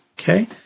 okay